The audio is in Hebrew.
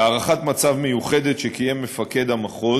בהערכת מצב מיוחדת שקיים מפקד המחוז